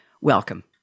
Welcome